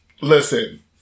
listen